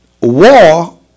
war